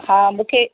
हा मूंखे